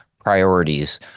priorities